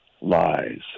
lies